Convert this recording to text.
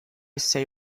say